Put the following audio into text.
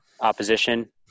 opposition